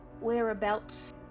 whereabouts